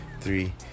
three